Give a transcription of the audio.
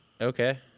Okay